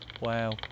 Wow